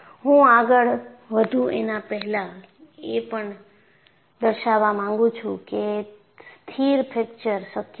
હું આગળ વધું એના પહેલાં એ પણ દર્શાવવા માંગુ છું કે સ્થિર ફ્રેકચર શક્ય છે